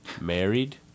Married